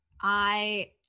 I-